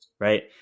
Right